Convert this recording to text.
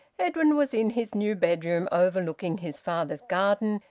edwin was in his new bedroom, overlooking his father's garden,